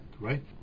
right